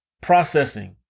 processing